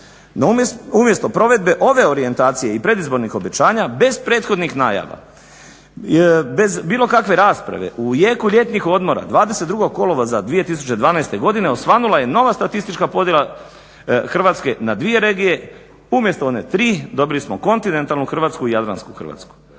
umjesto provedbe ove orijentacije i predizbornih obećanja bez prethodnih najava, bez bilo kakve rasprave u jeku ljetnih odmora 22. kolovoza 2012. godine osvanula je nova statistička podjela Hrvatske na dvije regije, umjesto one tri dobili smo kontinentalnu Hrvatsku i jadransku Hrvatsku.